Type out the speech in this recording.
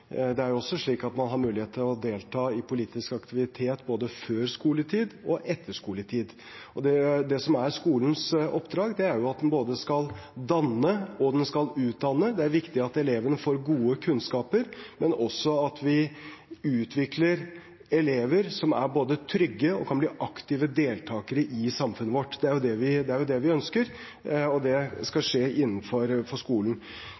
det er også slik at man har mulighet til å delta i politisk aktivitet både før og etter skoletid. Det som er skolens oppdrag, er at den skal både danne og utdanne. Det er viktig at elevene får gode kunnskaper, men også at vi utvikler elever som både er trygge og kan bli aktive deltakere i samfunnet vårt. Det er det vi ønsker, og det skal skje innenfor skolen. På spørsmålet om tillit til at elevene ønsker læring, er svaret selvsagt. Men vi